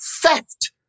theft